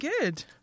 good